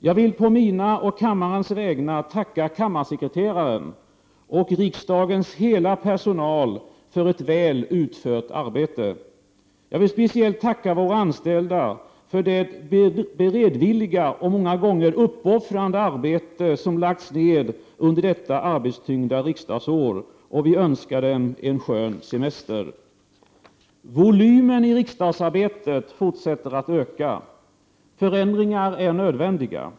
Jag vill på mina och kammarens vägnar tacka kammarsekreteraren och hela riksdagens personal för ett väl utfört arbete. Jag vill speciellt tacka våra anställda för det beredvilliga och många gånger uppoffrande arbete som lagts ned under detta arbetstyngda riksdagsår. Vi önskar dem en skön semester. Volymen i riksdagsarbetet fortsätter att öka. Förändringar är nödvändiga.